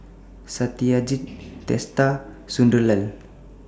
Satyajit Teesta Sunderlal